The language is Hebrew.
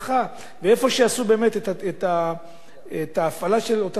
איפה שעשו את ההפעלה של אותה תמ"א 38,